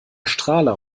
strahler